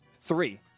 Three